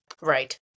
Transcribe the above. Right